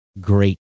great